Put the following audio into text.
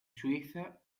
suiza